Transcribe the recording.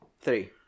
Three